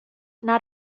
not